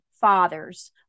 fathers